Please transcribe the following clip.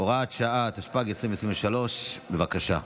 (הוראת שעה), התשפ"ג 2023, בבקשה.